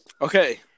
Okay